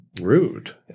Rude